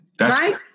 Right